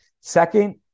Second